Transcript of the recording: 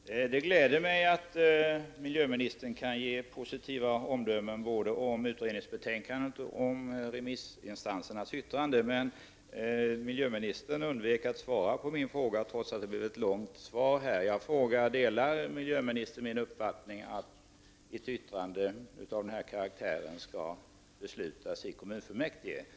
Herr talman! Det gläder mig att miljöministern kan ge positiva omdömen både om utredningsbetänkandet och om remissinstansernas yttranden. Men miljöministern undvek att svara på min fråga, trots att hennes inlägg var långt. Jag frågade: Delar miljöministern min uppfattning att ett yttrande av denna karaktär skall beslutas i kommunfullmäktige?